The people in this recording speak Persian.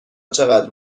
چقدر